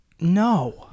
No